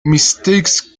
mistakes